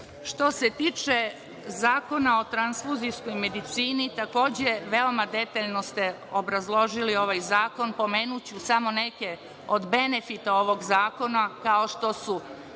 se tiče Zakona o transfuzijskoj medicini, takođe, veoma detaljno ste obrazložili ovaj zakon. Pomenuću samo neke od benefita ovog zakona, kao što su